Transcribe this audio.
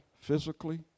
physically